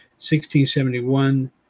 1671